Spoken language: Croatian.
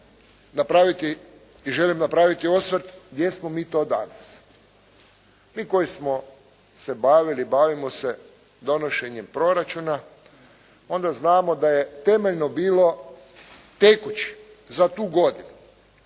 i želim napraviti osvrt gdje smo mi to danas. Mi koji smo se bavili, bavimo se donošenjem proračuna, onda znamo da je temeljno bilo tekući za tu godinu.